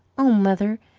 oh, mother,